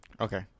Okay